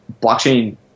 blockchain